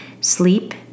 Sleep